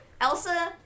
Elsa